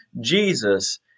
Jesus